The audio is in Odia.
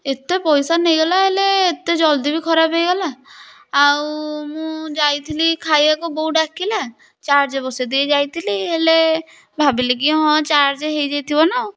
ଏତେ ପଇସା ନେଇଗଲା ହେଲେ ଏତେ ଜଲ୍ଦି ବି ଖରାପ ହୋଇଗଲା ଆଉ ମୁଁ ଯାଇଥିଲି ଖାଇବାକୁ ବୋଉ ଡ଼ାକିଲା ଚାର୍ଜ ବସେଇ ଦେଇ ଯାଇଥିଲି ହେଲେ ଭାବିଲି କି ହଁ ଚାର୍ଜ ହୋଇଯାଇଥିବ ନା ଆଉ